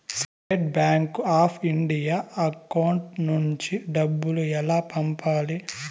State bank of India account నుంచి డబ్బులు ఎలా పంపాలి?